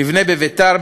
נבנה בביתר,